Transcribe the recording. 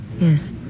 Yes